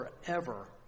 forever